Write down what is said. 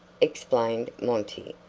explained monty,